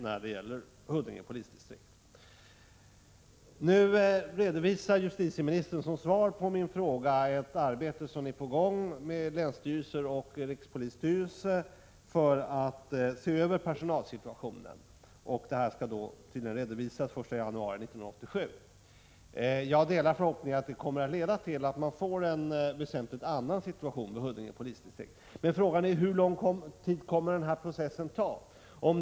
Nu säger justitieministern som svar på min fråga att ett arbete är på gång hos länsstyrelsen och rikspolisstyrelsen för att se över personalsituationen. Materialet skall tydligen redovisas den 1 januari 1987. Jag delar förhoppningen att det kommer att leda till att man får en väsentligt annan situation vid Huddinge polisdistrikt. Men frågan är hur lång tid den här processen kommer att ta.